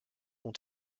ont